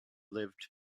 lived